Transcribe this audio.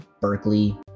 Berkeley